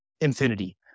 Infinity